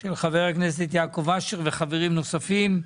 של חבר הכנסת יעקב אשר וחברים נוספים.